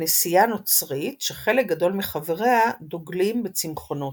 כנסייה נוצרית שחלק גדול מחבריה דוגלים בצמחונות.